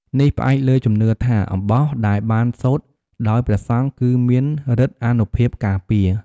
នេះផ្អែកលើជំនឿថា អំបោះដែលបានសូត្រដោយព្រះសង្ឃគឺមានឫទ្ធិអានុភាពការពារ។